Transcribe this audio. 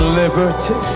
liberty